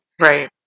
Right